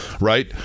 right